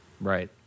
Right